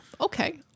Okay